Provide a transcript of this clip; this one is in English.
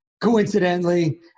coincidentally